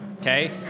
Okay